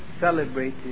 celebrated